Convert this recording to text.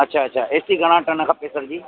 अच्छा अच्छा एसी घणा टन खपे सर जी